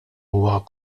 huwa